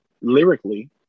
lyrically